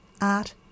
art